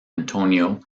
antonio